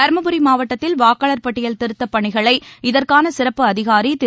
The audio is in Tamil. தருமபுரி மாவட்டத்தில் வாக்காளர் பட்டியல் திருத்தல் பணிகளை இதற்கானசிறப்பு அதிகாரிதிரு